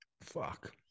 Fuck